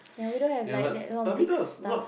ya we don't have like that kind of big stuff